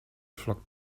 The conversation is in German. flockt